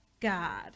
God